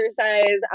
exercise